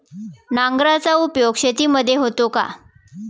नांगराचा उपयोग शेतीमध्ये होतो का?